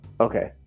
Okay